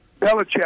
Belichick